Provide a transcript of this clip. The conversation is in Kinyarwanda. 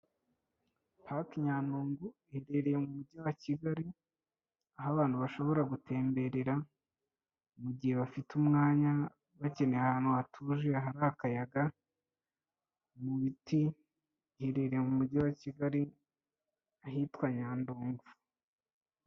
Pariki nyandungu iherereye mu mujyi wa Kigali, aho abantu bashobora gutemberera mu gihe bafite umwanya, bakeneye ahantu hatuje hariri akayaga mu biti, iherereye mu mujyi wa Kigali, ahitwa nyandungu.